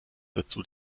dazu